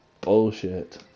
bullshit